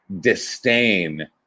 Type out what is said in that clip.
disdain